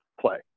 play